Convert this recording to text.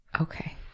Okay